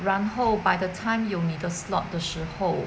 然后 by the time 有你的 slot 的时候